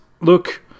look